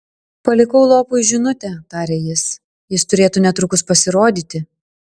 palikau lopui žinutę tarė jis jis turėtų netrukus pasirodyti